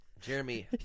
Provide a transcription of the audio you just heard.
Jeremy